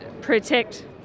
protect